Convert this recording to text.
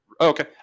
Okay